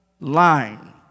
line